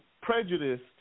prejudiced